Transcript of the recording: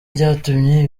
ryatumye